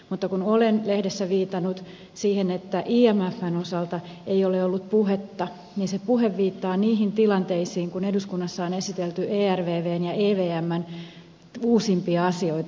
mutta kun olen lehdessä viitannut siihen että imfn osalta ei ole ollut puhetta niin se puhe viittaa niihin tilanteisiin kun eduskunnassa on esitelty ervvn ja evmn uusimpia asioita